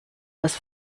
was